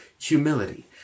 humility